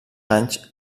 anys